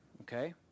okay